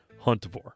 Huntivore